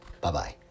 Bye-bye